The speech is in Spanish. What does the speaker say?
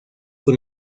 con